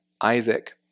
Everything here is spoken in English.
Isaac